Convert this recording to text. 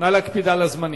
נא להקפיד על הזמנים.